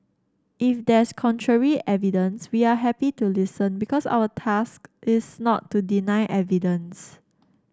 if there's contrary evidence we are happy to listen because our task is not to deny evidence